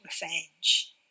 revenge